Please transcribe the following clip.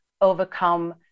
overcome